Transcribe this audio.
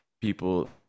people